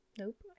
Nope